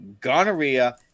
gonorrhea